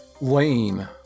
Lane